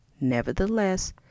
Nevertheless